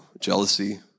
jealousy